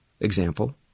example